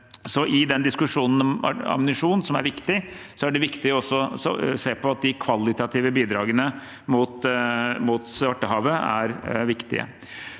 diskusjonen om ammunisjon er det også viktig å se på at de kvalitative bidragene mot Svartehavet er viktige.